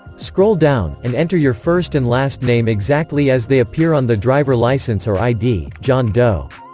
scroll down, and enter your first and last name exactly as they appear on the driver license or id john doe